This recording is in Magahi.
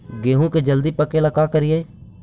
गेहूं के जल्दी पके ल का करियै?